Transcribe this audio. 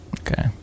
Okay